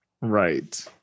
Right